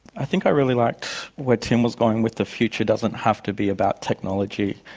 i think i really liked where tim was going with the future doesn't have to be about technology.